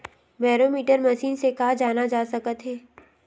Barometer machine से का जाना जा सकत हे?